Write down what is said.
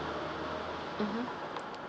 mmhmm